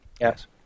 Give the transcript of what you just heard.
yes